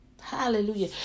Hallelujah